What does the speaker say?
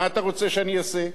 מה אתה רוצה שאני אעשה?